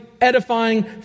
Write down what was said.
edifying